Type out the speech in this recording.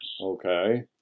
Okay